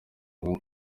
ngo